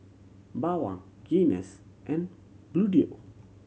Bawang Guinness and Bluedio